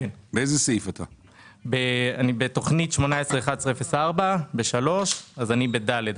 אם זה דצמבר אז מה הדיון